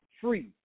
free